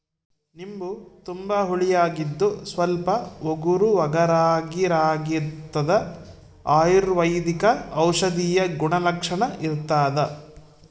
ನಿಂಬು ತುಂಬಾ ಹುಳಿಯಾಗಿದ್ದು ಸ್ವಲ್ಪ ಒಗರುಒಗರಾಗಿರಾಗಿರ್ತದ ಅಯುರ್ವೈದಿಕ ಔಷಧೀಯ ಗುಣಲಕ್ಷಣ ಇರ್ತಾದ